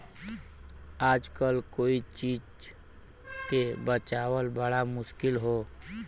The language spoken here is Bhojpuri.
आजकल कोई चीज के बचावल बड़ा मुश्किल हौ